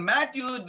Matthew